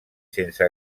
sense